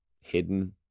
hidden